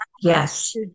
Yes